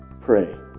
pray